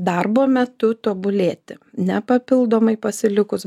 darbo metu tobulėti ne papildomai pasilikus